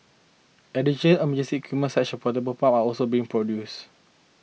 additional a music can portable pumps are also being procured